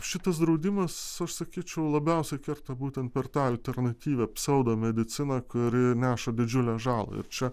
šitas draudimas aš sakyčiau labiausiai kerta būtent per tą alternatyvią pseudomediciną kuri neša didžiulę žalą ir čia